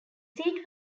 seat